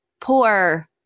poor